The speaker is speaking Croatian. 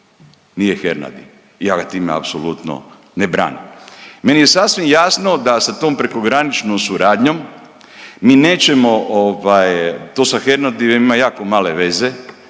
Nije Hernadi. Ja ga time apsolutno ne branim. Meni je sasvim jasno da sa tom prekograničnom suradnjom mi nećemo, ovaj to sa Hernadijem ima jako male veze,